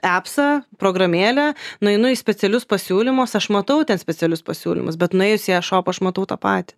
epsą programėlę nueinu į specialius pasiūlymus aš matau ten specialius pasiūlymus bet nuėjus į e šop aš matau tą patį